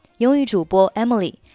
英语主播Emily